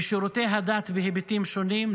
בשירותי הדת בהיבטים שונים,